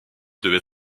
devait